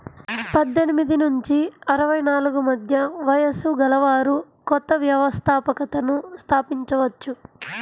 పద్దెనిమిది నుంచి అరవై నాలుగు మధ్య వయస్సు గలవారు కొత్త వ్యవస్థాపకతను స్థాపించవచ్చు